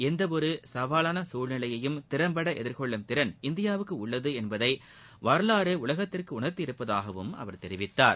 எந்த ஒரு சவாவான சூழ்நிலையையும் திறம்பட எதிர்கொள்ளும் திறன் இந்தியாவுக்கு உள்ளது என்பதை வரலாறு உலகத்திற்கு உணர்த்தி இருப்பதாகவும் அவர் கூறினார்